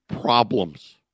problems